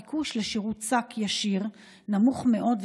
הביקוש לשירות שק ישיר נמוך מאוד,